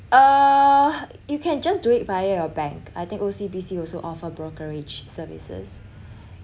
uh you can just do it via a bank I think O_C_B_C also offer brokerage services